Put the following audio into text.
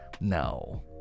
no